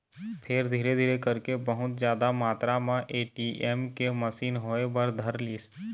फेर धीरे धीरे करके बहुत जादा मातरा म ए.टी.एम के मसीन होय बर धरलिस